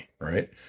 right